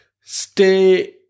Stay